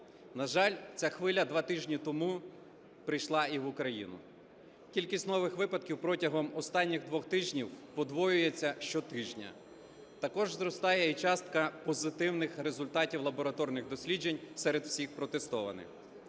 На жаль, ця хвиля два тижні тому прийшла і в Україну. Кількість нових випадків протягом останніх двох тижнів подвоюється щотижня, також зростає і частка позитивних результатів лабораторних досліджень серед всіх протестованих.